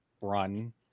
run